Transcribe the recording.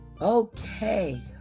Okay